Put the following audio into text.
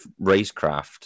racecraft